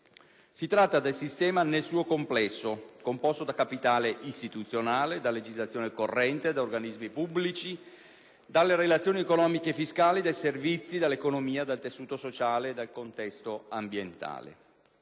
Si tratta del sistema nel suo complesso, composto da capitale istituzionale, da legislazione corrente, da organismi pubblici, dalle relazioni economiche e fiscali, dai servizi, dall'economia, dal tessuto sociale, dal contesto ambientale.